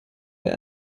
wer